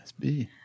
SB